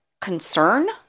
concern